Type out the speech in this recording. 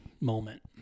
moment